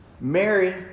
Mary